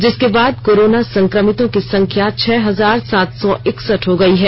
जिसके बाद कोरोना संक्रमितों की संख्या छह हजार सात सौ इकसठ हो गयी है